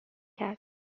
کرد